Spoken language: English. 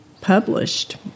published